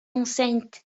enceinte